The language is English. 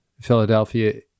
Philadelphia